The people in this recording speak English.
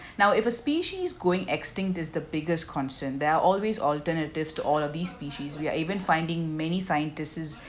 now if a species going extinct is the biggest concern there are always alternatives to all of these species we're even finding many scientists is